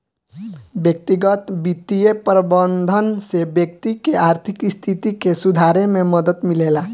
व्यक्तिगत बित्तीय प्रबंधन से व्यक्ति के आर्थिक स्थिति के सुधारे में मदद मिलेला